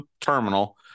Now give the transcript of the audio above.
terminal